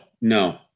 no